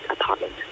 apartment